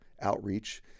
outreach